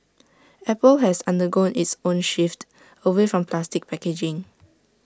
apple has undergone its own shift away from plastic packaging